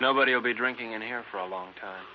nobody will be drinking in here for a long time